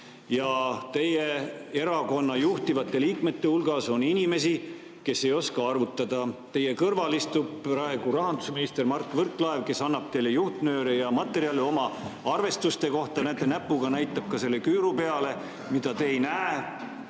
ja teie erakonna juhtivate liikmete hulgas on inimesi, kes ei oska arvutada. Teie kõrval istub praegu rahandusminister Mart Võrklaev, kes annab teile juhtnööre ja materjale oma arvestuste kohta. Näete, näpuga näitab ka selle küüru peale, mida te ei näe.